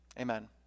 Amen